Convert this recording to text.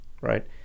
right